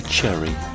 Cherry